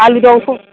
आलु दं